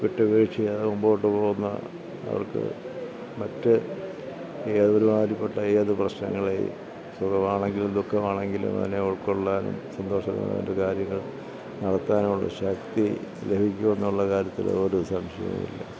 വിട്ടുവീഴ്ച ചെയ്തു മുമ്പോട്ട് പോകുന്ന അവർക്ക് മറ്റ് ഏത് ഒരുമാതിരിപ്പെട്ട ഏത് പ്രശ്നങ്ങളെയും സുഖമാണെങ്കിലും ദുഖമാണെങ്കിലും അതിനെ ഉൾക്കൊള്ളാനും സന്തോഷത്തോടെ അതിൻ്റെ കാര്യങ്ങൾ നടത്താനുമുള്ള ശക്തിലഭിക്കണമെന്നുള്ള കാര്യത്തിൽ ഒരു സംശയവുമില്ല